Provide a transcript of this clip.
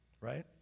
Right